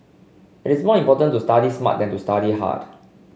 it's more important to study smart than to study hard